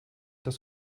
des